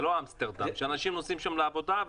זה לא אמסטרדם, שאנשים נוסעים שם לעבודה.